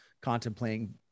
contemplating